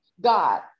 God